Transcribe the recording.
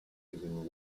using